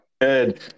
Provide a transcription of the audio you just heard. Good